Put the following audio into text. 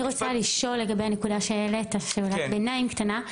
אני רוצה לשאול לגבי הנקודה שהעלית שאלת ביניים קטנה.